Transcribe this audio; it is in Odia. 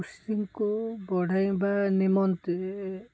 କୃଷିଙ୍କୁ ବଢ଼ାଇବା ନିମନ୍ତେ